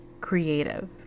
creative